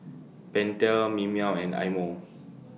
Pentel Mimeo and Eye Mo